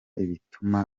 ibituma